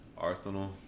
Arsenal